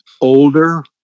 older